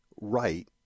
right